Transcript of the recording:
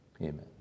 amen